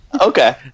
Okay